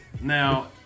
Now